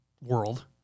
world